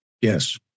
yes